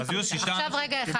עכשיו רגע אחד.